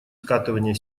скатывания